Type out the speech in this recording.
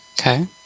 okay